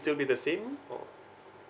still be the same or